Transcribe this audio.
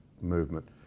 movement